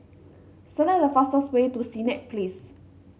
select the fastest way to Senett Place